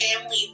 family